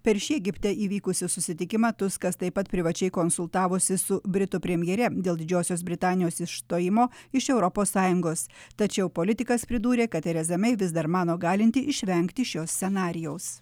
per šį egipte įvykusį susitikimą tuskas taip pat privačiai konsultavosi su britų premjere dėl didžiosios britanijos išstojimo iš europos sąjungos tačiau politikas pridūrė kad tereza mei vis dar mano galinti išvengti šio scenarijaus